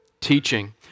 teaching